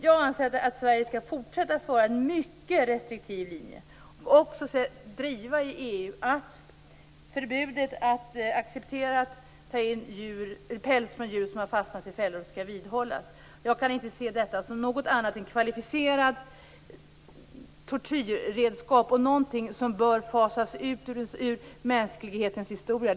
Jag anser alltså att Sverige skall fortsätta att driva en mycket restriktiv linje och i EU driva frågan om att förbudet mot att ta in skinn från djur som fastnat i fällor skall vidhållas. Jag kan inte se ett sådant här redskap som något annat än ett kvalificerat tortyrredskap och som något som bör fasas ut ur mänsklighetens historia.